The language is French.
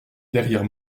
derrière